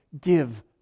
give